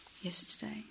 yesterday